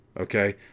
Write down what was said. Okay